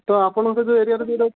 ତ ଆପଣଙ୍କ ଯେଉଁ ଏରିଆର ଯେଉଁ